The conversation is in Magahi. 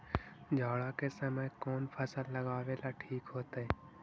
जाड़ा के समय कौन फसल लगावेला ठिक होतइ?